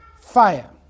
fire